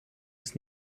ist